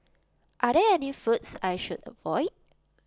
are there any foods I should avoid